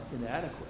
inadequate